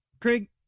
Craig